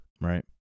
right